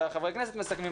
וחברי הכנסת מסכמים,